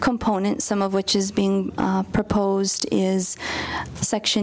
component some of which is being proposed is section